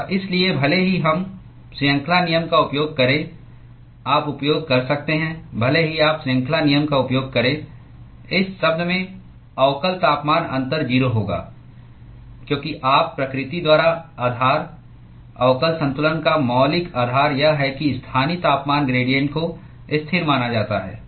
और इसलिए भले ही हम श्रृंखला नियम का उपयोग करें आप उपयोग कर सकते हैं भले ही आप श्रृंखला नियम का उपयोग करें इस शब्द में अवकल तापमान अंतर 0 होगा क्योंकि आप प्रकृति द्वारा आधार अवकल संतुलन का मौलिक आधार यह है कि स्थानीय तापमान ग्रेडिएंट को स्थिर माना जाता है